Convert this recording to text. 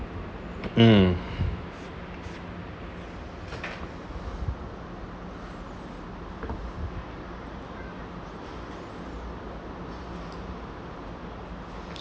hmm